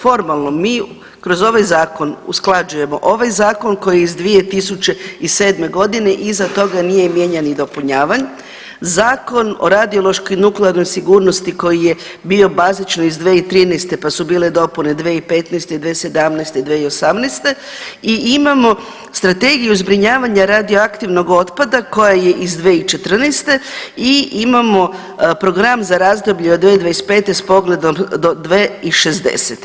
Formalno, mi kroz ovaj Zakon usklađujemo ovaj Zakon koji je iz 2007. godine iza toga nije mijenjan ni dopunjavan, Zakon o radiološkoj i nuklearnoj sigurnosti koji je bio bazični iz 2013. pa su bile dopune 2015., 2017., 2018. i imamo Strategiju zbrinjavanja radioaktivnog otpada koja je iz 2014. i imamo Program za razdoblje od 2025. s pogledom do 2060.